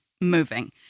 moving